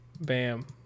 bam